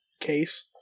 case